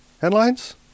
Headlines